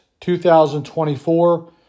2024